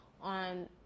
on